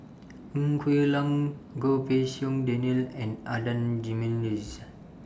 Ng Quee Lam Goh Pei Siong Daniel and Adan Jimenez